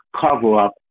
cover-up